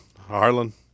Harlan